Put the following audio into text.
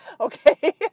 Okay